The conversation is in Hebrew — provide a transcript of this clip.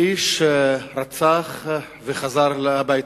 האיש רצח וחזר הביתה,